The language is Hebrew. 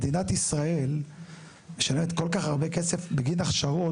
מדינת ישראל משלמת כל כך הרבה בגין הכשרות